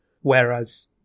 Whereas